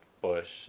Bush